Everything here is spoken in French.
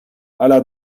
alla